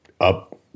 up